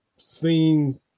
seen